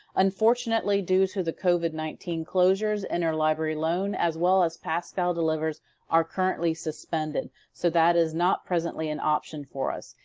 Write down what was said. unfortunately, due to the covid nineteen closures, interlibrary loan as well as pascal delivers are currently suspended. so that is not presently an option for us.